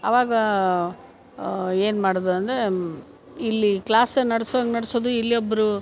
ಅವಾಗ ಏನು ಮಾಡೋದು ಅಂದೇ ಇಲ್ಲಿ ಕ್ಲಾಸ್ ನಡ್ಸುವಂಗೆ ನಡೆಸೋದು ಇಲ್ಲಿ ಒಬ್ಬರು